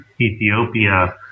Ethiopia